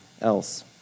else